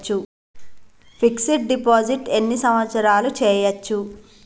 Fix డ్ deposit ఎన్ని సంవత్సరాలు చేయచ్చు?